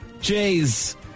Jay's